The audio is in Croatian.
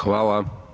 Hvala.